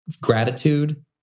gratitude